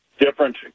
different